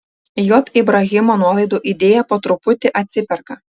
j ibrahimo nuolaidų idėja po truputį atsiperka